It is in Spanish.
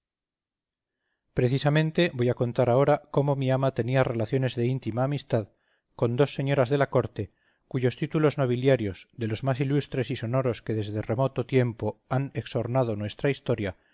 precisamente voy a contar ahora cómo mi ama tenía relaciones de íntima amistad con dos señoras de la corte cuyos títulos nobiliarios de los más ilustres y sonoros que desde remoto tiempo han exornado nuestra historia